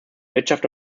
wirtschaft